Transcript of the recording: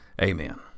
Amen